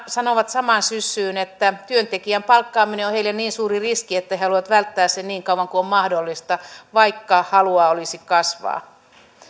sanovat samaan syssyyn että työntekijän palkkaaminen on heille niin suuri riski että he haluavat välttää sen niin kauan kuin on mahdollista vaikka halua olisi kasvaa